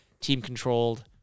team-controlled